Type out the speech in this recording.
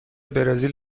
برزیل